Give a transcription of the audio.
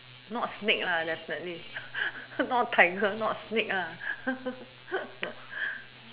not snake definitely not tiger not snake